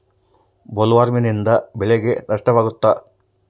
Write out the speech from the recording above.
ಬೊಲ್ವರ್ಮ್ನಿಂದ ಬೆಳೆಗೆ ನಷ್ಟವಾಗುತ್ತ?